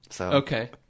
Okay